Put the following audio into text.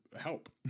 help